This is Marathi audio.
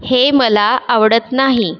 हे मला आवडत नाही